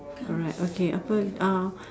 alright okay apa uh